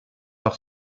par